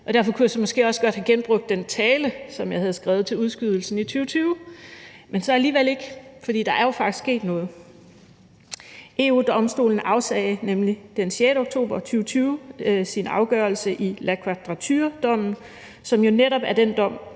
derfor kunne jeg måske også godt have genbrugt den tale, som jeg havde skrevet til udskydelsen i 2020 – men så alligevel ikke, for der er jo faktisk sket noget. EU-Domstolen afsagde nemlig den 6. oktober 2020 sin afgørelse i La Quadraturedommen, som jo netop er den dom,